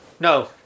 No